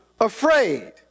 afraid